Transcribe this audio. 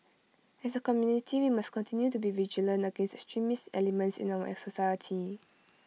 as A community we must continue to be vigilant against extremist elements in our society